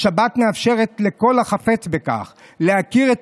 השבת מאפשרת לכל החפץ בכך להכיר את